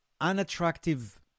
unattractive